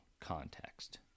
context